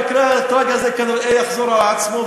המקרה הטרגי הזה כנראה יחזור על עצמו,